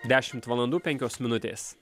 dešimt valandų penkios minutės